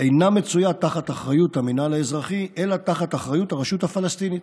אינה מצויה תחת אחריות המינהל האזרחי אלא תחת אחריות הרשות הפלסטינית,